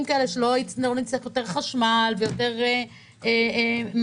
כדי שלא נצטרך יותר חשמל ויותר מזגנים.